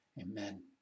amen